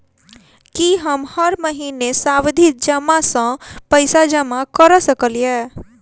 की हम हर महीना सावधि जमा सँ पैसा जमा करऽ सकलिये?